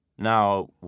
Now